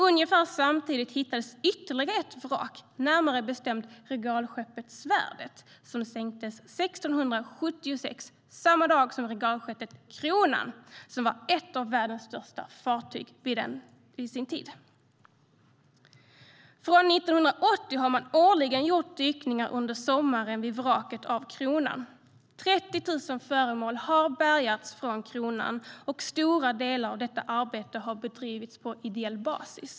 Ungefär samtidigt hittades ytterligare ett vrak, närmare bestämt regalskeppet Svärdet, som sänktes 1676, samma dag som regalskeppet Kronan som var ett av världens största fartyg vid den tiden. Från 1980 har man årligen gjort dykningar under sommaren vid vraket av Kronan. 30 000 föremål har bärgats från Kronan, och stora delar av detta arbete har bedrivits på ideell basis.